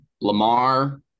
Lamar